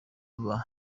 aba